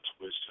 wisdom